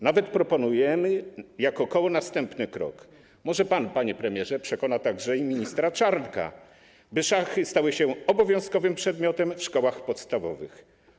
Nawet proponujemy jako koło następny krok - może pan, panie premierze, przekona także ministra Czarnka, by szachy stały się obowiązkowym przedmiotem w szkołach podstawowych.